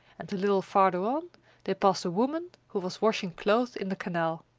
and a little farther on they passed a woman who was washing clothes in the canal.